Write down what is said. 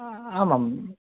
आम् आम्